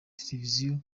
televisiyo